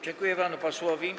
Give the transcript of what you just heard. Dziękuję panu posłowi.